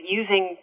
using